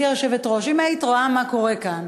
גברתי היושבת-ראש, אם היית רואה מה קורה כאן,